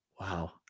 wow